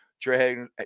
Trey